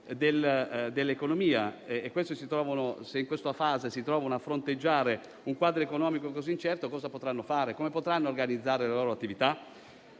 immaginare, se in questa fase si trovano a fronteggiare un quadro economico così incerto, cosa potranno fare e come potranno organizzare la loro attività